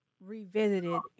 revisited